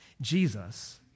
Jesus